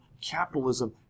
capitalism